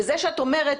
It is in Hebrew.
זה שאת אומרת,